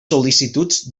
sol·licituds